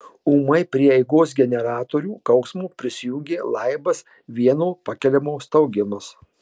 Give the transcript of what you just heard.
ūmai prie eigos generatorių kauksmo prisijungė laibas vieno pakeliamojo staugimas